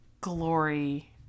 glory